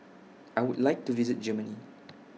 I Would like to visit Germany